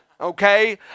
Okay